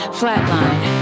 flatline